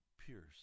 pierce